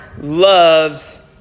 loves